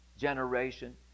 generation